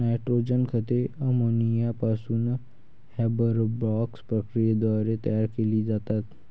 nitrogen खते ammonia पासून Haber Bosch प्रक्रियेद्वारे तयार केली जातात